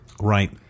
Right